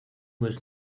was